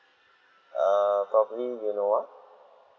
err probably innova